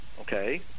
okay